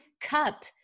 Cup